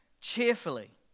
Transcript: cheerfully